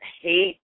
hate